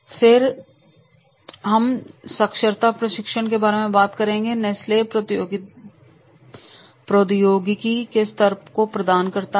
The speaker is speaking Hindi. फिर हम साक्षरता प्रशिक्षण के बारे में बात करेंगे नेस्ले प्रौद्योगिकी के स्तर को प्रदान करता है